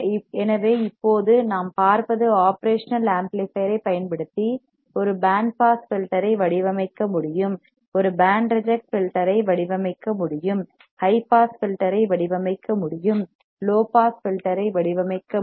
எனவே இப்போது நாம் பார்ப்பது ஒப்ரேஷனல் ஆம்ப்ளிபையர் ஐப் பயன்படுத்தி ஒரு பேண்ட் பாஸ் ஃபில்டர் ஐ வடிவமைக்க முடியும் ஒரு பேண்ட் ரிஜெக்ட் ஃபில்டர் ஐ வடிவமைக்க முடியும் ஹை பாஸ் ஃபில்டர் ஐ வடிவமைக்க முடியும் லோ பாஸ் ஃபில்டர் ஐ வடிவமைக்க முடியும்